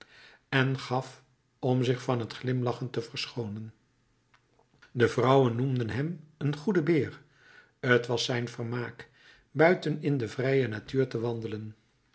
en gaf om zich van t glimlachen te verschoonen de vrouwen noemden hem een goeden beer t was zijn vermaak buiten in de vrije natuur te wandelen